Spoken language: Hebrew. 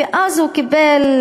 ואז הוא קיבל,